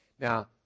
Now